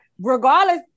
regardless